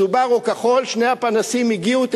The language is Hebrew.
"סובארו" כחול, שני הפנסים הגיעו.